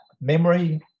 memory